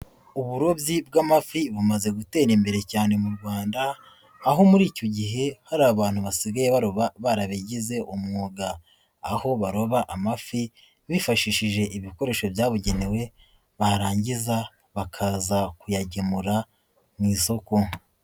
Uburobyi bw'amafi bumaze gutera imbere cyane mu Rwanda, aho muri icyo gihe hari abantu basigaye baroba barabigize umwuga, aho baroba amafi bifashishije ibikoresho byabugenewe, barangiza bakaza kuyagemura mu isoko.